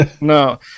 No